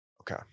Okay